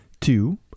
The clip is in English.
Two